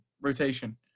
rotation